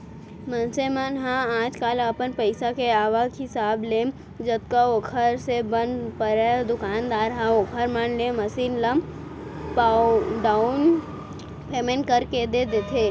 मनसे मन ह आजकल अपन पइसा के आवक हिसाब ले जतका ओखर से बन परय दुकानदार ह ओखर मन ले मसीन ल डाउन पैमेंट करके दे देथे